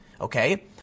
okay